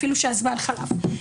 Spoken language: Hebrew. אפילו שהזמן חלף.